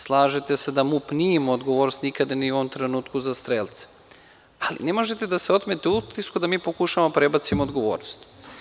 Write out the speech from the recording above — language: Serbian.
Slažete se da MUP nije imao odgovornost nikada, ni u ovom trenutku, za strelce, ali ne možete da se otmete utisku da mi pokušavamo da prebacimo odgovornost.